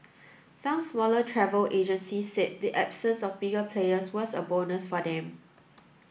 some smaller travel agencies said the absence of bigger players was a bonus for them